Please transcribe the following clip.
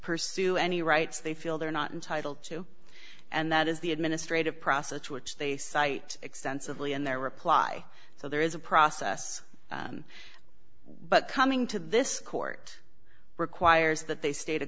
pursue any rights they feel they're not entitled to and that is the administrative process which they cite extensively in their reply so there is a process but coming to this court requires that they state a